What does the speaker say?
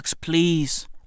please